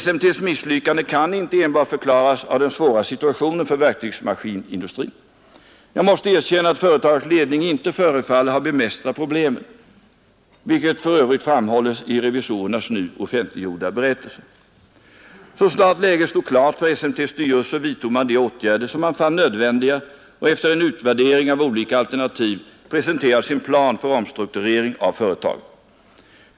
SMT:s misslyckande kan inte enbart förklaras av den svåra situationen för verktygsmaskinindustrin. Jag måste erkänna att företagets ledning inte förefaller ha bemästrat problemen, vilket för övrigt framhålles i revisorernas nu offentliggjorda berättelse. Så snart läget stod klart för SMT:s styrelse vidtog man de åtgärder som man fann nödvändiga, och efter en utvärdering av olika alternativ presenterades en plan för omstrukturering av företaget.